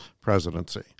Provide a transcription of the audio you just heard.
presidency